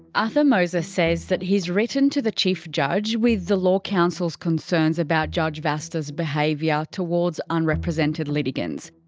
arthur moses says that he's written to the chief judge with the law council's concerns about judge vasta's behaviour towards unrepresented litigants.